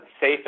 safe